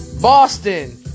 Boston